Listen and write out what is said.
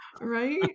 Right